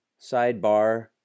sidebar